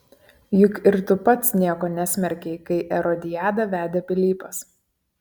juk ir tu pats nieko nesmerkei kai erodiadą vedė pilypas